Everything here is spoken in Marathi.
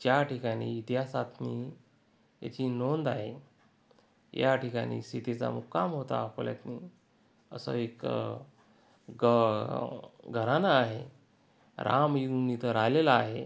ज्या ठिकाणी इतिहासातून याची नोंद आहे या ठिकाणी सीतेचा मुक्काम होता अकोल्यातून असं एक ग घराणं आहे राम येऊन इथं राहिलेला आहे